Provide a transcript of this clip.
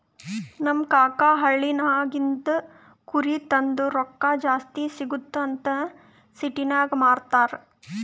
ನಮ್ ಕಾಕಾ ಹಳ್ಳಿನಾಗಿಂದ್ ಕುರಿ ತಂದು ರೊಕ್ಕಾ ಜಾಸ್ತಿ ಸಿಗ್ತುದ್ ಅಂತ್ ಸಿಟಿನಾಗ್ ಮಾರ್ತಾರ್